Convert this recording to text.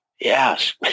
yes